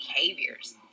behaviors